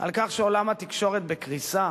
על כך שעולם התקשורת בקריסה?